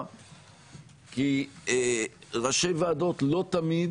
כי ראשי ועדות לא תמיד